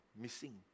missing